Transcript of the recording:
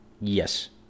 Yes